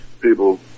people